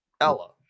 ella